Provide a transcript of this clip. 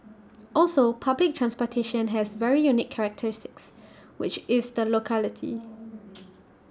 also public transportation has very unique characteristics which is the locality